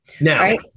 Now